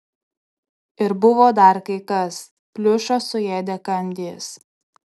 ir buvo dar kai kas pliušą suėdė kandys